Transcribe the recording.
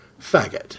faggot